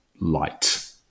light